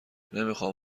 نمیخام